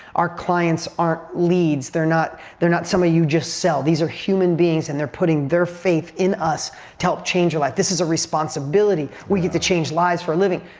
our clients aren't leads. they're not they're not somebody you just sell. these are human beings and they're putting their faith in us to help change your life. this is a responsibility. we get to change lives for a living.